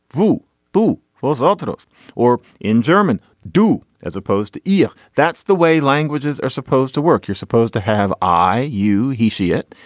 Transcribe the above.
boo boo was ultras or in german doo as opposed to eea. that's the way languages are supposed to work. you're supposed to have. i you he she it.